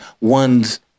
one's